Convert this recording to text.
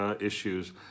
issues